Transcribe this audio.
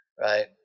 right